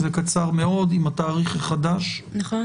הקראה.